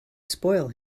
spoil